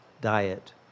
diet